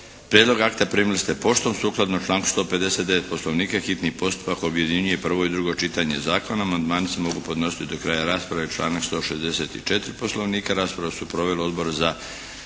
Prijedlog akta primili ste poštom. Sukladno članku 159. poslovnika hitni postupak objedinjuje prvo i drugo čitanje zakona. Amandmani se mogu podnositi do kraja rasprave, članak 164. poslovnika. Raspravu su proveli Odbor za